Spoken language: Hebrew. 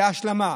כהשלמה,